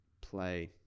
play